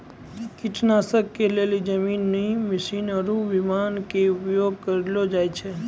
कीटनाशक के लेली जमीनी मशीन आरु विमान के उपयोग कयलो जाय छै